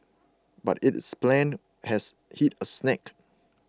but it is plan has hit a snag